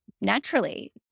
Naturally